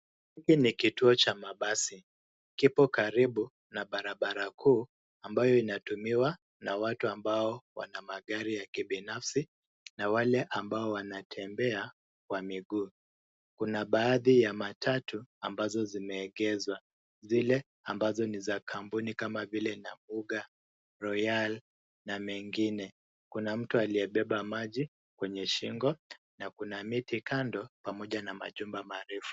Hiki ni kituo cha mabasi, kipo karibu na barabara kuu ambayo inatumiwa na watu ambao wana magari ya kibinafsi na wale ambao wanatembea kwa miguu. Kuna baadhi ya matatu ambazo zimeegezwa, zile ambazo ni za kampuni kama vile Nabuga, Royale na mengine. Kuna mtu aliyebeba maji kwenye shingo na kuna miti kando pamoja na majumba marefu.